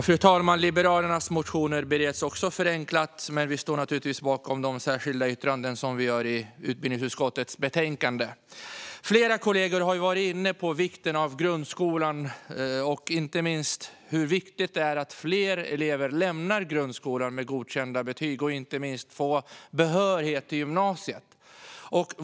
Fru talman! Liberalernas motioner bereds också förenklat, men vi står naturligtvis bakom de särskilda yttranden som vi gör i utbildningsutskottets betänkande. Flera kollegor har varit inne på vikten av grundskolan och inte minst hur viktigt det är att fler elever lämnar grundskolan med godkända betyg och får behörighet till gymnasiet.